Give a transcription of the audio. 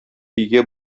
өйгә